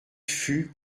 fut